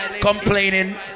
complaining